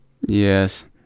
yes